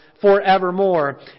forevermore